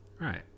Right